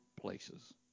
places